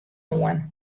oan